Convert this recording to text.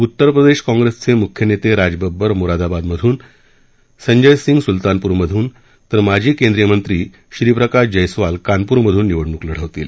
उत्तरप्रदेश काँग्रेसचे मुख्य नेते राज बब्बर मोरादाबादमधून संजच सिंग सूलतानपूरमधून तर माजी केंद्रीय मंत्री श्रीप्रकाश जैस्वाल कानपूरमधून निवडणुक लढवतील